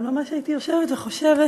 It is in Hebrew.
אבל ממש הייתי יושבת וחושבת